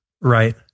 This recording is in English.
Right